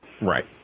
Right